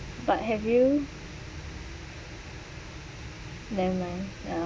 but have you never mind ah